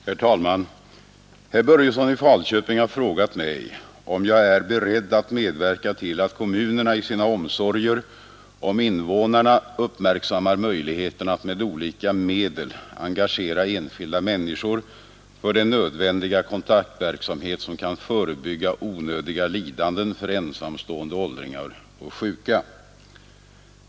Herr talman! Herr Börjesson i Falköping har frågat mig, om jag är beredd att medverka till att kommunerna i sina omsorger om invånarna uppmärksammar möjligheterna att med olika medel engagera enskilda människor för den nödvändiga kontaktverksamhet som kan förebygga onödiga lidanden för ensamstående åldringar och sjuka.